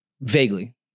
Vaguely